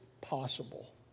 possible